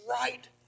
right